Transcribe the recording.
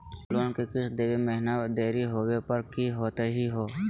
Loan के किस्त देवे महिना देरी होवे पर की होतही हे?